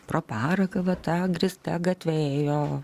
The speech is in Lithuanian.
pro paraką vat ta grįsta gatve ėjo